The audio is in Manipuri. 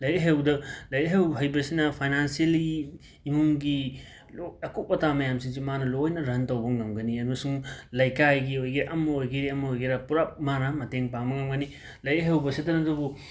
ꯂꯥꯏꯔꯤꯛ ꯍꯩꯍꯧꯕꯗ ꯂꯥꯏꯔꯤꯛ ꯍꯩꯍꯧ ꯍꯩꯕꯁꯤꯅ ꯐꯥꯏꯅꯥꯟꯁꯤꯜꯂꯤ ꯏꯃꯨꯡꯒꯤ ꯂꯣꯏ ꯑꯀꯨꯞ ꯑꯇꯥ ꯃꯌꯥꯝꯁꯤꯡꯁꯦ ꯃꯥꯅ ꯂꯣꯏꯅ ꯔꯟ ꯇꯧꯕ ꯉꯝꯒꯅꯤ ꯑꯃꯁꯨꯡ ꯂꯩꯀꯥꯏꯒꯤ ꯑꯣꯏꯒꯦ ꯑꯃ ꯑꯣꯏꯒꯦ ꯑꯃ ꯑꯣꯏꯒꯦꯔ ꯄꯨꯜꯂꯞ ꯃꯥꯅ ꯃꯇꯦꯡ ꯄꯥꯡꯕ ꯉꯝꯒꯅꯤ ꯂꯥꯏꯔꯤꯛ ꯍꯩꯍꯧꯕꯁꯤꯇꯅꯗꯕꯨ